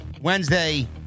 Wednesday